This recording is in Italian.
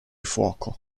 fuoco